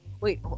wait